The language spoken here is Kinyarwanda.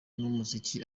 n’umuziki